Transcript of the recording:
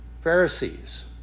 Pharisees